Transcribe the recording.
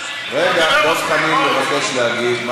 דב חנין מבקש להגיב.